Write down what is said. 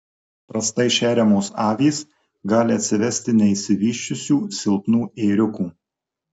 prastai šeriamos avys gali atsivesti neišsivysčiusių silpnų ėriukų